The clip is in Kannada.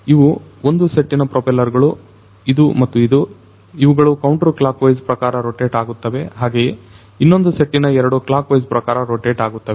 ಇವುಗಳು ಒಂದು ಸೆಟ್ಟಿನ ಪ್ರೊಪೆಲ್ಲರ್ ಗಳು ಇದು ಮತ್ತು ಇದು ಇವುಗಳು ಕೌಂಟರ್ ಕ್ಲಾಕ್ ವೈಸ್ ಪ್ರಕಾರ ರೊಟೇಟ್ ಆಗುತ್ತವೆ ಹಾಗೆಯೇ ಇನ್ನೊಂದು ಸೆಟ್ಟಿನ ಎರಡು ಕ್ಲಾಕ್ ವೈಸ್ ಪ್ರಕಾರ ರೊಟೇಟ್ ಆಗುತ್ತವೆ